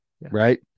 right